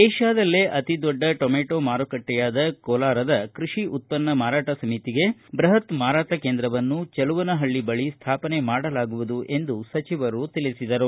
ವಿಷ್ಣಾದಲ್ಲೇ ಅತಿ ದೊಡ್ಡ ಟೊಮೆಟೋ ಮಾರುಕಟ್ಟೆಯಾದ ಕೋಲಾರದ ಕೃಷಿ ಉತ್ಪನ್ನ ಮಾರಾಟ ಸಮಿತಿಗೆ ಬೃಹತ್ ಮಾರಾಟ ಕೇಂದ್ರವನ್ನು ಚೆಲುವನಹಳ್ಳ ಬಳಿ ಸ್ಥಾಪನೆ ಮಾಡಲಾಗುವುದು ಎಂದು ಸಚಿವರು ತಿಳಿಸಿದರು